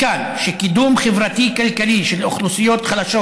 מכאן, שקידום חברתי-כלכלי של אוכלוסיות חלשות